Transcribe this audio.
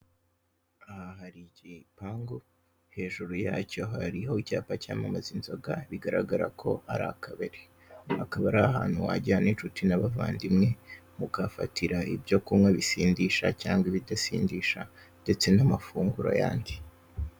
Aha hari igipangu hejuru yacyo hariho icyapa cyamamaza inzoga bigaragara ko ari akabari. Akaba ari ahantu wajyana inshuti n'abavandimwe mukahafatira ibyo kunywa bisindisha cyangwa ibidasindisha ndetse n'amafunguro yandi.